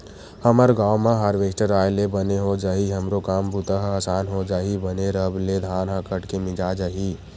हमर गांव म हारवेस्टर आय ले बने हो जाही हमरो काम बूता ह असान हो जही बने रब ले धान ह कट के मिंजा जाही